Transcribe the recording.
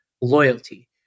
loyalty